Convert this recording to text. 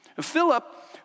Philip